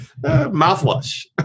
mouthwash